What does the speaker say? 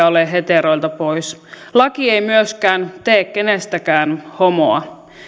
ole heteroilta pois laki ei myöskään tee kenestäkään homoa